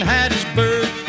Hattiesburg